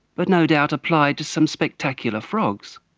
but no doubt apply to some spectacular frogs.